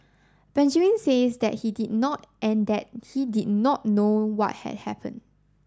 Benjamin says that he did not and that he did not know what had happen